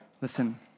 Listen